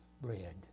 bread